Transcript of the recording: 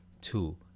two